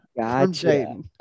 Gotcha